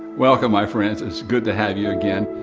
welcome my friends. it's good to have you again.